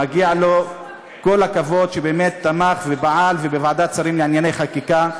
מגיע לו כל הכבוד על שבאמת תמך ופעל ובוועדת השרים לענייני חקיקה.